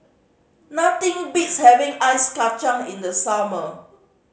nothing beats having ice kacang in the summer